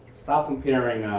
stop comparing